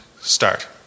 start